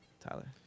Tyler